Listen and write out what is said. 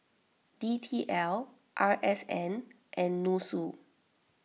D T L R S N and Nussu